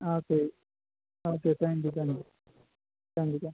ആ ശരി okay thank you thank you thank you sir